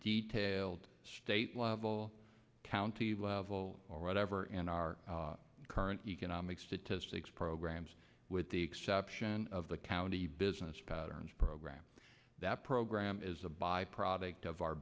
detailed state level county level or whatever and our current economic statistics programs with the exception of the county business patterns program that program is a byproduct o